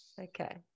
okay